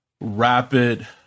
Rapid